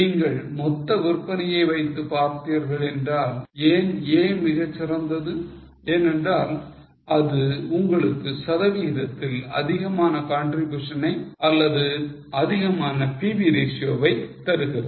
நீங்கள் மொத்த விற்பனையை வைத்து பார்த்தீர்கள் என்றால் ஏன் A மிகச் சிறந்தது ஏனென்றால் அது உங்களுக்கு சதவிகிதத்தில் அதிகமான contribution ஐ அல்லது அதிகமான PV ratio வை தருகிறது